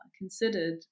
considered